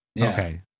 Okay